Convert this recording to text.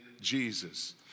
Jesus